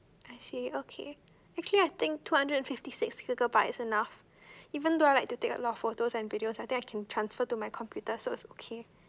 I see okay actually I think two hundred and fifty six gigabytes is enough even though I like to take a lot of photos and videos I think I can transfer to my computer so it's okay